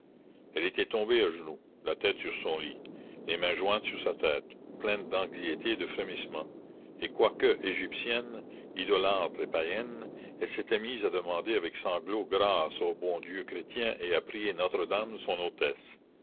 elle était tombée à genoux la tête sur son lit les mains jointes sur sa tête pleine d'anxiété et de frémissement et quoique égyptienne idolâtre et païenne elle s'était mise à demander avec sanglots grâce au bon dieu chrétien et à prier notre-dame son hôtesse